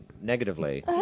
negatively